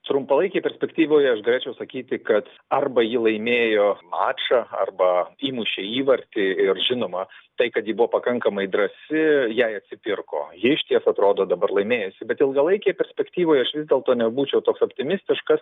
trumpalaikėj perspektyvoj aš galėčiau sakyti kad arba ji laimėjo mačą arba įmušė įvartį ir žinoma tai kad ji buvo pakankamai drąsi jai atsipirko ji išties atrodo dabar laimėjusi bet ilgalaikėj perspektyvoj aš vis dėlto nebūčiau toks optimistiškas